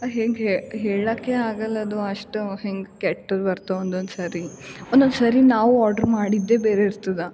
ಅದು ಹೆಂಗೇ ಹೇಳೋಕ್ಕೆ ಆಗೋಲ್ಲ ಅದು ಅಷ್ಟು ಹೆಂಗೆ ಕೆಟ್ಟದು ಬರ್ತಾವೆ ಒಂದೊಂದು ಸರಿ ಒಂದೊಂದು ಸರಿ ನಾವು ಆರ್ಡರ್ ಮಾಡಿದ್ದೆ ಬೇರೆ ಇರ್ತದೆ